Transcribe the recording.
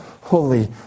holy